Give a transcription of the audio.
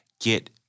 get